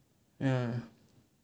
mm